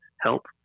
help